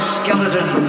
skeleton